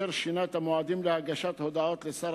אשר שינה את המועדים להגשת הודעות לשר